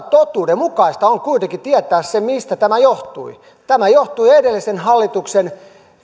totuudenmukaista on kuitenkin tietää se mistä tämä johtui tämä johtui edellisen hallituksen